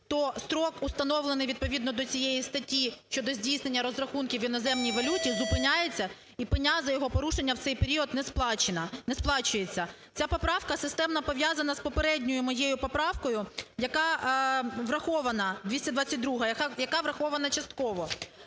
то строк, установлений відповідно до цієї статті щодо здійснення розрахунків в іноземній валюті, зупиняється, і пеня за його порушення в цей період не сплачується. Ця поправка системно пов'язана з попередньою моєю поправкою, яка врахована,